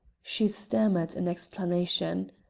she stammered an explanation.